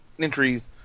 entries